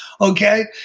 okay